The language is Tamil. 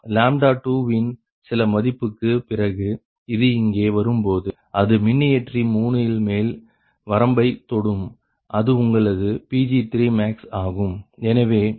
2 வின் சில மதிப்புக்கு பிறகு இது இங்கே வரும்போது அது மின்னியற்றி 3 இல் மேல் வரம்பை தொடும் அது உங்களது Pg3max ஆகும்